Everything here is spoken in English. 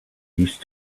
used